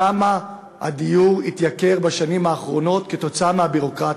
כמה הדיור התייקר בשנים האחרונות כתוצאה מהביורוקרטיה,